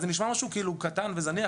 זה נשמע קטן וזניח,